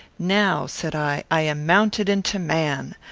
now, said i, i am mounted into man.